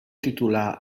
titular